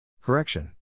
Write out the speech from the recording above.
Correction